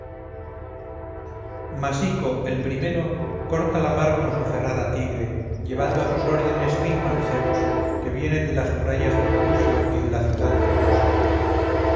masico el primero corta la mar con su ferrada tigre llevando a sus órdenes mil mancebos que vienen de las murallas de clusio y de la ciudad de cosa